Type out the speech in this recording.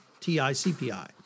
TICPI